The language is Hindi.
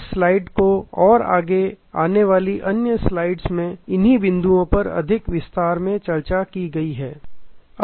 इस स्लाइड और आगे आने वाली अन्य स्लाइड में इन्हीं बिंदुओं पर अधिक विस्तार से चर्चा की गई है